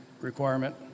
requirement